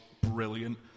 brilliant